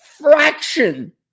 fraction